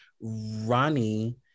Ronnie